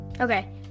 Okay